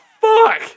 Fuck